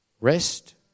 Rest